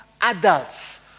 adults